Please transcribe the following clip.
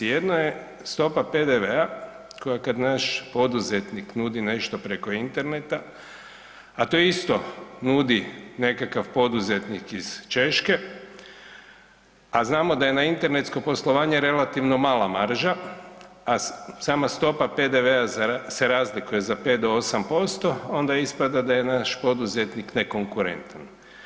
Jedno je stopa PDV-a koja kad naš poduzetnik nudi nešto preko interneta a to isto nudi nekakav poduzetnik iz Češke, a znamo da je na internetsko poslovanje relativno mala marža, a sama stopa PDV-a se razlikuje za 5 do 8%, onda ispada da je naš poduzetnik nekonkurentan.